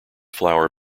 flower